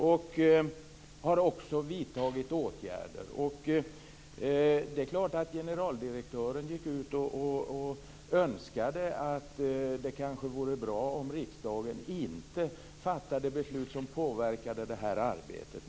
Man har också vidtagit åtgärder. Det är klart att generaldirektören gick ut med en önskan och sade att det kanske vore bra om riksdagen inte fattar beslut som påverkar det här arbetet.